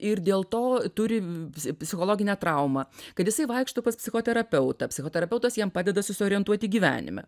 ir dėl to turi psichologinę traumą kad jisai vaikšto pas psichoterapeutą psichoterapeutas jam padeda susiorientuoti gyvenime